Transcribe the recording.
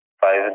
five